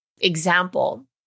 example